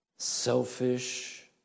Selfish